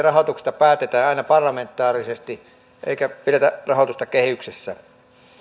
rahoituksesta päätetään aina parlamentaarisesti eikä pidetä rahoitusta kehyksessä